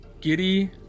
Giddy